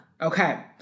Okay